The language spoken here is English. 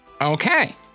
Okay